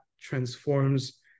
transforms